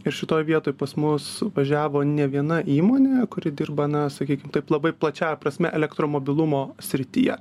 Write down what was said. ir šitoj vietoj pas mus važiavo ne viena įmonė kuri dirba na sakykim taip labai plačiąja prasme elektromobilumo srityje